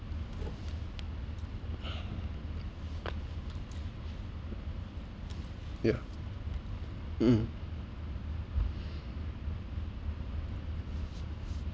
yeah mm